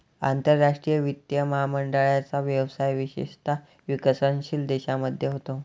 आंतरराष्ट्रीय वित्त महामंडळाचा व्यवसाय विशेषतः विकसनशील देशांमध्ये होतो